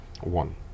One